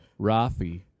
Rafi